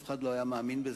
אף אחד לא היה מאמין בזה,